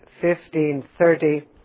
1530